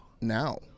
Now